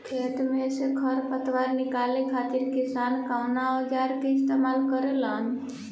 खेत में से खर पतवार निकाले खातिर किसान कउना औजार क इस्तेमाल करे न?